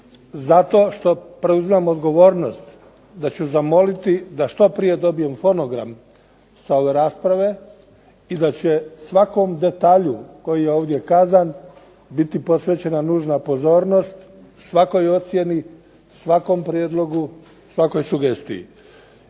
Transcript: zato što preuzimam odgovornost da ću zamoliti da što prije dobijem fonogram sa ove rasprave i da će svakom detalju koji je ovdje kazan biti posvećena nužna pozornost, svakoj ocjeni, svakom prijedlogu, svakoj sugestiji.